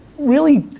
really,